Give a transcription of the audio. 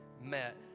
met